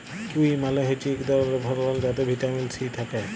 kiwi মালে হছে ইক ধরলের ফল যাতে ভিটামিল সি থ্যাকে